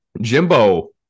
Jimbo